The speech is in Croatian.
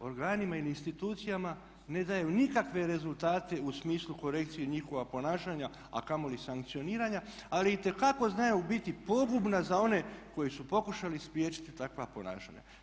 organima ili institucijama ne daju nikakve rezultate u smislu korekcije njihova ponašanja a kamoli sankcioniranja ali itekako znaju biti pogubna za one koji su pokušali spriječiti takva ponašanja.